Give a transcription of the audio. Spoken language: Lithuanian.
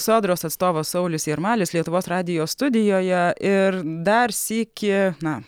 sodros atstovas saulius jarmalis lietuvos radijo studijoje ir dar sykį na